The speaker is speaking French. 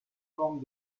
forme